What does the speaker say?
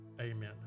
amen